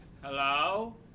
Hello